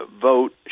vote